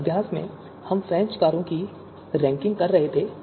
इस अभ्यास में हम फ्रेंच कारों की रैंकिंग कर रहे थे